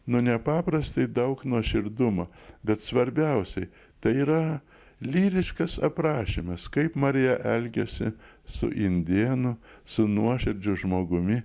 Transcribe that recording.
nu nepaprastai daug nuoširdumo bet svarbiausiai tai yra lyriškas aprašymas kaip marija elgiasi su indėnu su nuoširdžiu žmogumi